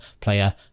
player